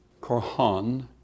Korhan